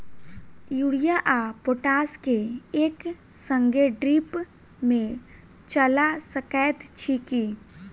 Urea आ potash केँ एक संगे ड्रिप मे चला सकैत छी की?